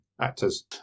actors